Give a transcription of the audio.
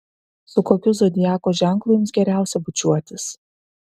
su kokiu zodiako ženklu jums geriausia bučiuotis